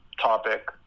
topic